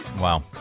Wow